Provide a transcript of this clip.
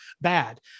bad